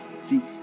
See